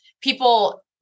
people